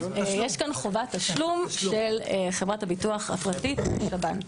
יש כאן חובת תשלום של חובת הביטוח הפרטית לשב"ן.